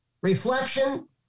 Reflection